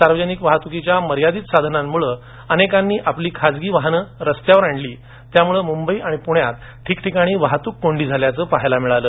सार्वजनिक वाहतुकीच्या मर्यादित साधनांमुळे अनेकांनी आपली खाजगी वाहनं रस्त्यांवर आणली त्यामुळे मुंबई आणि पुण्यात ठीकठिकाणी वाहतूक कोंडी झाल्याचं पाहायला मिळालं